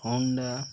Honda